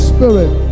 Spirit